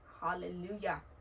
Hallelujah